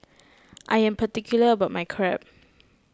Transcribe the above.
I am particular about my Crepe